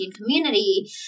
community